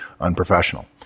unprofessional